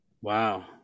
Wow